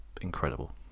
incredible